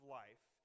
life